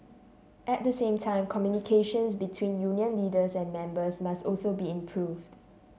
at the same time communications between union leaders and members must also be improved